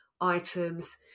items